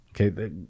okay